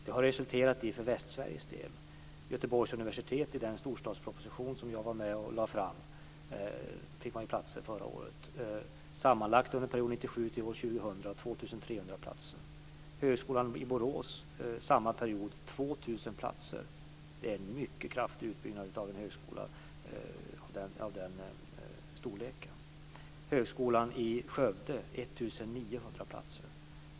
Det har för Västsveriges del, Göteborgs universitet, i den storstadsproposition som jag var med och lade fram resulterat i många nya platser förra året. Borås: 2 000 platser. Det är en mycket kraftig utbyggnad av en högskola av den storleken. Högskolan i Skövde: 1 900 platser.